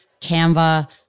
Canva